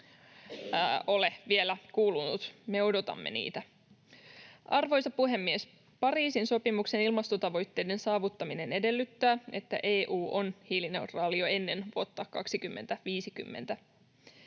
ole vielä kuulunut. Me odotamme niitä. Arvoisa puhemies! Pariisin sopimuksen ilmastotavoitteiden saavuttaminen edellyttää, että EU on hiilineutraali jo ennen vuotta 2050.